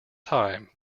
time